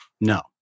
no